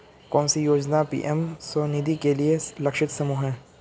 कौन सी योजना पी.एम स्वानिधि के लिए लक्षित समूह है?